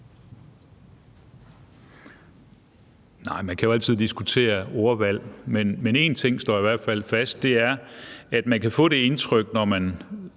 (DF): Man kan jo altid diskutere ordvalg, men en ting står i hvert fald fast, og det er, at man kan få det indtryk, når man